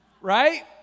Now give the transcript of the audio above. Right